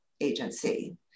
agency